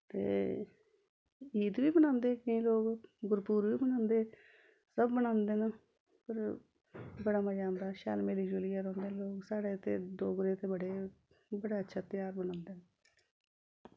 ते ईद बी मनांदे केईं लोक गुरु पुरब बी मनांदे सब मनांदे न पर बड़ा मजा औंदा शैल मिली जुलियै रौंह्दे लोक साढ़े इत्थै डोगरे ते बड़े बड़ा अच्छा तेहार मनांदे न